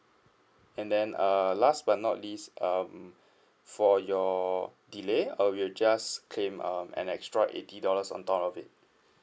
and then err last but not least um for your delay I will just claim um and extra eighty dollars on top of it